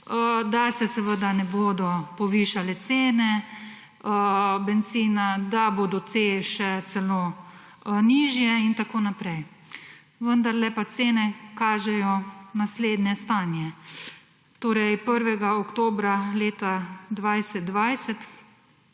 da se seveda ne bodo povišale cene bencina, da bodo te še celo nižje in tako naprej. Vendarle pa cene kažejo naslednje stanje: 1. oktobra leta 2020